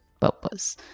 purpose